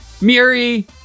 Miri